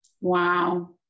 Wow